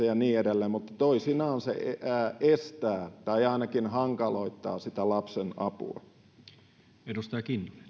ja niin edelleen mutta toisinaan se estää tai ainakin hankaloittaa lapsen apua arvoisa